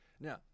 Now